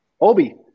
Obi